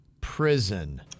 prison